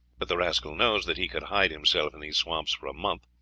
but the rascal knows that he could hide himself in these swamps for a month,